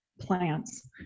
plants